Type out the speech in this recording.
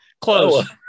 Close